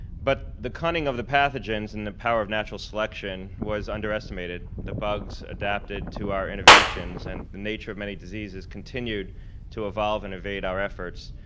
but the cunning of the pathogens and the power of natural selection was underestimated. the bugs adapted to our innovations and the nature of many diseases continued to evolve and evade our efforts.